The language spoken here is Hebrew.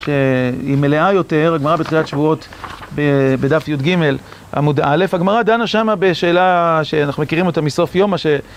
שהיא מלאה יותר, הגמרא בתחילת שבועות בדף י"ג עמוד א', הגמרא דנה שמה בשאלה שאנחנו מכירים אותה מסוף יומא ש...